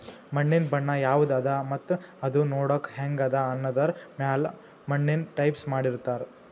ಮಣ್ಣಿನ್ ಬಣ್ಣ ಯವದ್ ಅದಾ ಮತ್ತ್ ಅದೂ ನೋಡಕ್ಕ್ ಹೆಂಗ್ ಅದಾ ಅನ್ನದರ್ ಮ್ಯಾಲ್ ಮಣ್ಣಿನ್ ಟೈಪ್ಸ್ ಮಾಡಿರ್ತಾರ್